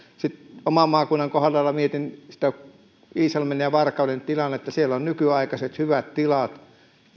minulla oman maakunnan kohdalla mietin sitä iisalmen ja ja varkauden tilannetta siellä on nykyaikaiset hyvät tilat